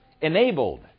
enabled